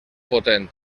potent